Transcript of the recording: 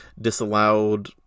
disallowed